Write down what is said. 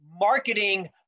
marketing